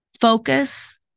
focus